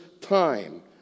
time